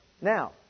Now